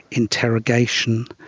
interrogation,